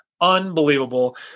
unbelievable